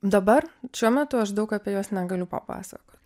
dabar šiuo metu aš daug apie juos negaliu papasakot